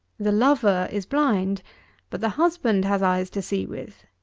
the lover is blind but the husband has eyes to see with.